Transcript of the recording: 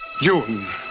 June